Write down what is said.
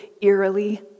eerily